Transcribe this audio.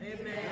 Amen